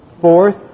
Fourth